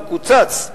הוא קוצץ,